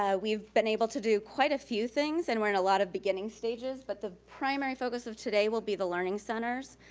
um we've been able to do quite a few things, and we're in a lot of beginning stages, but the primary focus of today will be the learning centers.